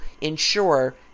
ensure